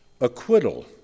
acquittal